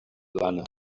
plana